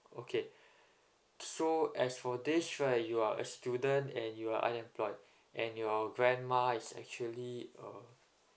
okay so as for this right you are a student and you are unemployed and your grandma is actually uh